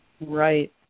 Right